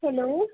hello